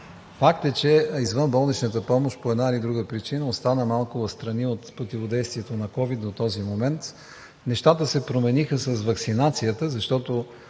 Факт е, че извънболничната помощ по една или друга причина остана малко встрани от противодействието на ковид до този момент. Нещата се промениха с ваксинацията, защото